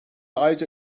ayrıca